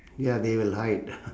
ya they will hide